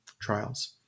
trials